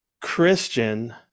Christian